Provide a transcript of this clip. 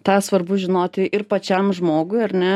tą svarbu žinoti ir pačiam žmogui ar ne